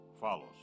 follows